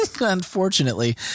Unfortunately